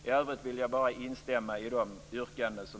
I övrigt vill jag bara instämma i de yrkanden som